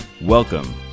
Welcome